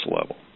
level